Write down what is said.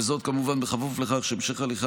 וזאת כמובן בכפוף לכך שבהמשך הליכי